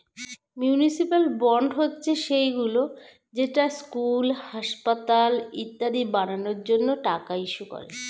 municipal bond হচ্ছে সেইগুলো যেটা স্কুল, হাসপাতাল ইত্যাদি বানানোর জন্য টাকা ইস্যু করে